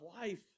life